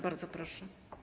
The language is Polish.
Bardzo proszę.